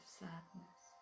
sadness